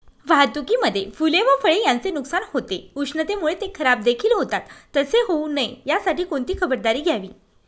वाहतुकीमध्ये फूले व फळे यांचे नुकसान होते, उष्णतेमुळे ते खराबदेखील होतात तसे होऊ नये यासाठी कोणती खबरदारी घ्यावी?